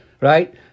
right